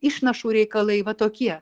išnašų reikalai va tokie